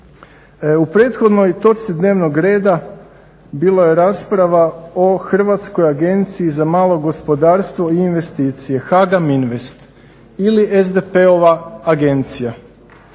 U prethodnoj točci dnevnog reda bila je rasprava o Hrvatskoj agenciji za malo gospodarstvo i investicije HAMAG Invest ili SDP-ova agencija.